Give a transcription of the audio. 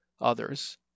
others